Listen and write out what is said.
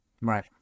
Right